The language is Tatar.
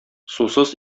сусыз